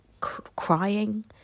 crying